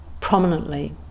prominently